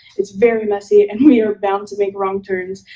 it's very messy, and we are bound to make wrong turns,